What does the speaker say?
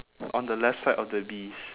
on the left side of the bees